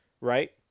right